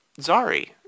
Zari